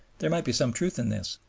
there might be some truth in this.